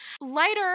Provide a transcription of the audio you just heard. lighter